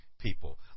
people